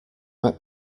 met